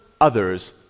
others